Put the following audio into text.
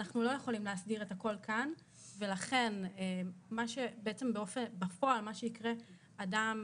אנחנו לא יכולים להסדיר את הכול כאן ולכן מה שבפועל יקרה זה שאדם